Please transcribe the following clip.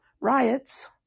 Riots